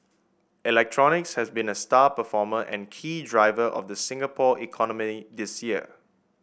electronics has been a star performer and key driver of the Singapore economy this year